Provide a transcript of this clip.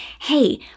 hey